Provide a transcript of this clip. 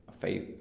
faith